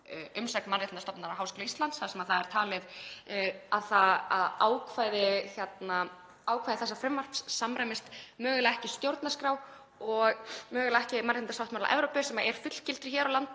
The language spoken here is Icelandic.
umsögn Mannréttindastofnunar Háskóla Íslands þar sem það er talið að ákvæði þessa frumvarps samræmist mögulega ekki stjórnarskrá og mögulega ekki mannréttindasáttmála Evrópu sem er fullgiltur hér á landi,